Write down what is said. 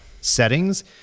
settings